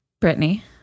Brittany